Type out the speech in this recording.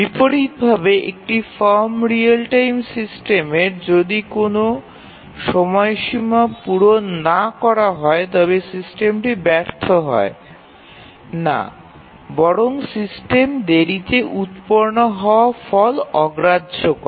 বিপরীতভাবে একটি firm real time সিস্টেমের যদি কোনও সময়সীমা পূরণ না করা হয় তবে সিস্টেমটি ব্যর্থ হয় না বরং সিস্টেম দেরিতে উৎপন্ন হওয়া ফল অগ্রাহ্য করে